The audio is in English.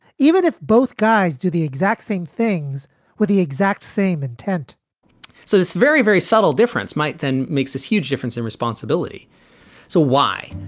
even if both guys do the exact same things with the exact same intent so it's very, very subtle difference might then makes this huge difference in responsibility so why